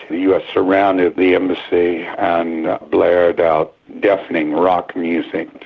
the us surrounded the embassy and blared out deafening rock music,